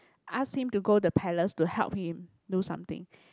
ask him to go the palace to help him do something